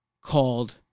called